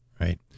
right